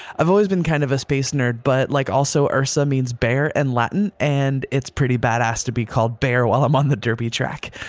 i've always been kind of a space nerd. but like also ursa means bear and latin and it's pretty badass to be called bear while i'm on the derby track.